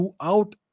throughout